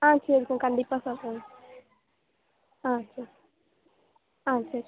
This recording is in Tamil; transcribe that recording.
ஆ சரிக்கா கண்டிப்பாக சொல்கிறேன் ஆ சரி ஆ சரி